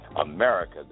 America